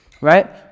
right